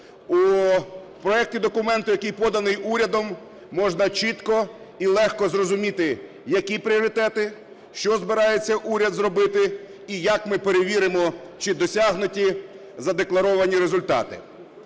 У проекті документу, який поданий урядом, можна чітко і легко зрозуміти, які пріоритети, що збирається уряд зробити і як ми перевіримо чи досягнуті задекларовані результати.